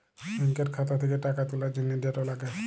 ব্যাংকের খাতা থ্যাকে টাকা তুলার জ্যনহে যেট লাগে